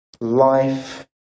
life